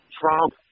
Trump